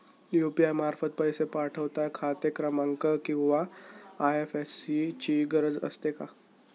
UPI मार्फत पैसे पाठवता खाते क्रमांक किंवा आय.एफ.एस.सी ची गरज असते का?